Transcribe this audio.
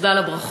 תודה על הברכות,